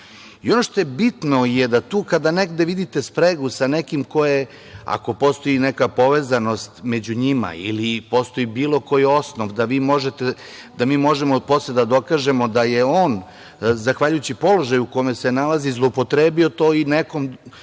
što je bitno je da tu kada negde vidite spregu sa nekim ko je, ako postoji neka povezanost među njima ili postoji bilo koji osnov da mi možemo posle da dokažemo da je on zahvaljujući položaju u kome se nalazi zloupotrebio to i nekom